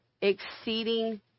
exceeding